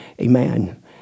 amen